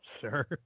sir